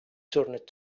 turned